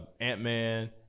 Ant-Man